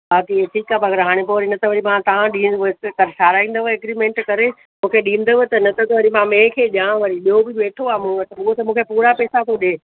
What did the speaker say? बाक़ी ठीकु आहे मगर हाणे पोइ वरी न त वरी तव्हां ॾींहं सभु ठाहिराईंदव एग्रीमेंट करे मूंखे ॾींदव त न त त वरी मां ॿिए खे ॾिया वरी ॿियो बि वेठो आहे मूं वटि उहो त मूंखे पूरा पैसा थो ॾे